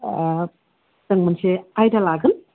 जों मोनसे आयदा लागोन